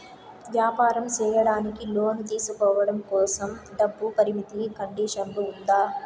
వ్యాపారం సేయడానికి లోను తీసుకోవడం కోసం, డబ్బు పరిమితి కండిషన్లు ఉందా?